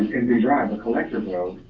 the drive, the collective road,